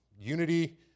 Unity